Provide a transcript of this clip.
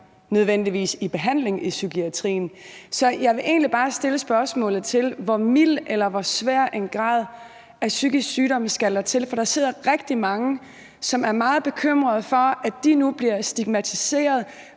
nødvendigvis i behandling i psykiatrien. Så jeg vil egentlig bare stille spørgsmålet: Hvor mild eller hvor svær en grad af psykisk sygdom skal der til? Der sidder rigtig mange, som er meget bekymrede for, at de nu bliver stigmatiseret,